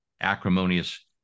acrimonious